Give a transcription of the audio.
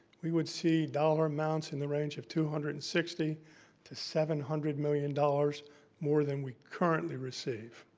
we would see dollar amounts in the range of two hundred and sixty to seven hundred million dollars more than we currently receive.